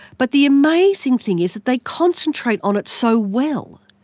but the amazing thing is that they concentrate on it so well.